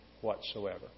whatsoever